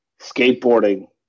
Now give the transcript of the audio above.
skateboarding